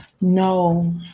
No